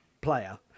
player